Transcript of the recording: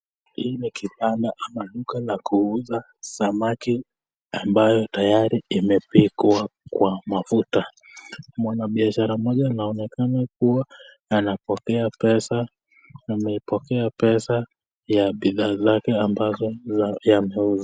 Hii ni kibanda ama duka la kuuza samaki ambayo tayari imepikwa kwa mafuta. Mwanabiashara mmoja anaonekana kuwa anapokea pesa, amepokea pesa ya bidhaa zake ambazo ameuza.